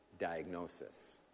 diagnosis